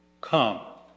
Come